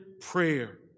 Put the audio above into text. prayer